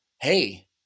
hey